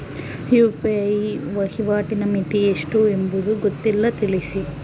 UPI ವಹಿವಾಟಿನ ಮಿತಿ ಎಷ್ಟು ಎಂಬುದು ಗೊತ್ತಿಲ್ಲ? ತಿಳಿಸಿ?